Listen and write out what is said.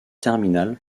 terminale